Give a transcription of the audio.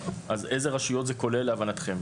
איזה רשויות זה כולל להבנתכם?